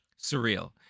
Surreal